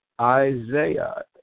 Isaiah